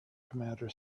commander